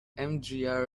mjr